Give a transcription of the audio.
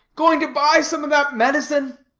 going to buy some of that medicine?